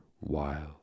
wild